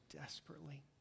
desperately